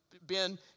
Ben